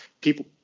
people